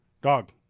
Dog